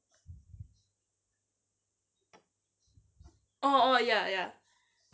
oh oh ya ya